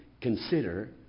consider